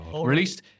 released